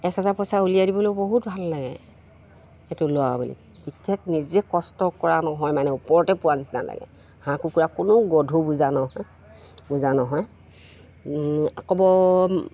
এক হাজাৰ পইচা উলিয়াই দিবলৈ বহুত ভাল লাগে এইটো লোৱা বুলি বিশেষ নিজে কষ্ট কৰা নহয় মানে ওপৰতে পোৱা নিচিনা লাগে হাঁহ কুকুৰা কোনো গধুৰ বোজা নহয় বোজা নহয় আকৌ ক'ব